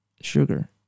sugar